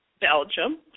Belgium